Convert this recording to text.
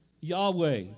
Yahweh